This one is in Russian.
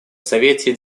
совете